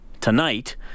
tonight